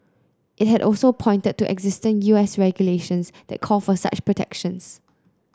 it had also pointed to existing U S regulations that call for such protections